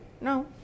No